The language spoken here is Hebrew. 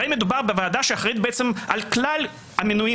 הרי מדובר בוועדה שאחראית בעצם על כלל המינויים